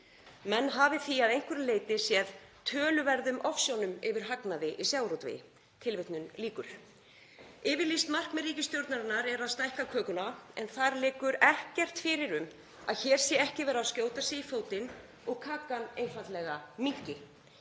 menn hafa séð að einhverju leyti töluverðum ofsjónum yfir hagnaði í sjávarútvegi.“ Yfirlýst markmið ríkisstjórnarinnar er að stækka kökuna en þar liggur ekkert fyrir um að hér sé ekki verið að skjóta sig í fótinn og kakan einfaldlega minnki.